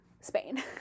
Spain